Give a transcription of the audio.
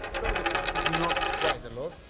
so, the fat is not quite a lot,